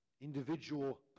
individual